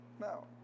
No